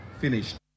finished